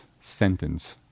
sentence